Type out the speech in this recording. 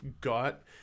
got